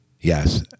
Yes